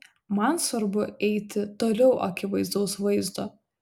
man svarbu eiti toliau akivaizdaus vaizdo